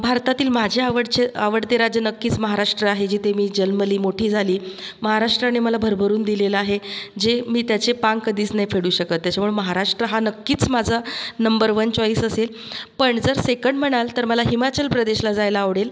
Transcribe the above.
भारतातील माझे आवडचे आवडते राज्य नक्कीच महाराष्ट्र आहे जिथे मी जल्मली मोठी झाली महाराष्ट्राने मला भरभरून दिलेलं आहे जे मी त्याचे पांग कधीच नाही फेडू शकत त्यामुळे महाराष्ट्र हा नक्कीच माझा नंबर वन चॉइस असेल पण जर सेकंड म्हणाल तर मला हिमाचल प्रदेशला जायला आवडेल